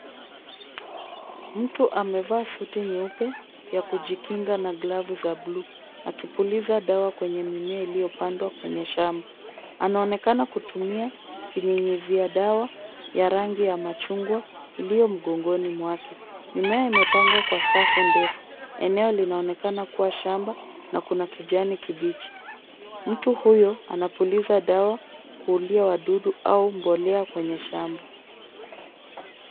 Mtu amevaa suti nyeupe ya kujikinga na glavu za blue akipuliza dawa kwenye mimea iliyopandwa kwenye shamba. Anaonekana kutumia kinyunyizia dawa ya rangi ya machungwa iliyo mgongoni mwake. Mimea imepangwa kwa safu ndefu. Eneo linaonekana kuwa shamba na kuna kijani kibichi. Mtu huyo anapuliza dawa kuulia wadudu au mbolea kwenye shamba.